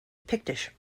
pictish